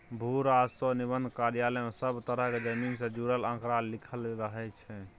भू राजस्व आ निबंधन कार्यालय मे सब तरहक जमीन सँ जुड़ल आंकड़ा लिखल रहइ छै